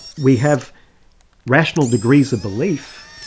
we have rational degrees of belief,